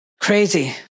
Crazy